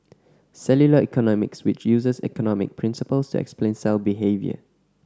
cellular economics which uses economic principles to explain cell behaviour